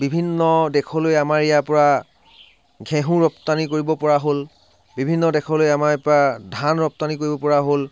বিভিন্ন দেশলৈ আমাৰ ইয়াৰপৰা ঘেঁহু ৰপ্তানি কৰিব পৰা হ'ল বিভিন্ন দেশলৈ আমাৰ ইয়াৰপৰা ধান ৰপ্তানি কৰিব পৰা হ'ল